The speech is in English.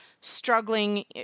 struggling